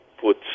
put